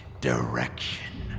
direction